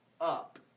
up